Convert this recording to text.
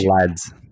lads